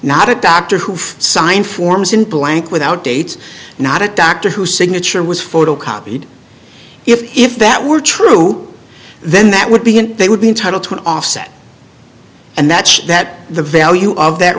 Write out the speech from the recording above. not a doctor who signed forms in blank without dates not a doctor who signature was photocopied if that were true then that would be and they would be entitled to an offset and that's that the value of that